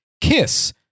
Kiss